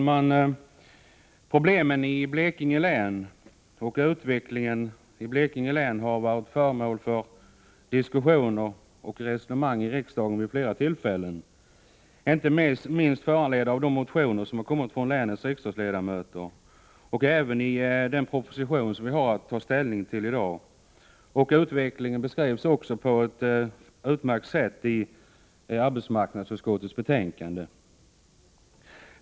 Herr talman! Problemen och utvecklingen i Blekinge län har varit föremål för diskussion och resonemang i riksdagen vid flera tillfällen och uppmärksammats inte minst i de motioner som väckts av länets riksdagsledamöter och äveniden proposition som vi nu har att ta ställning till. Utvecklingen beskrivs på ett utmärkt sätt i arbetsmarknadsutskottets betänkande.